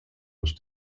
los